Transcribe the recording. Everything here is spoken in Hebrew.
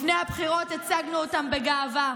לפני הבחירות הצגנו אותם בגאווה,